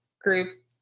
group